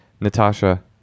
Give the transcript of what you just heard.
Natasha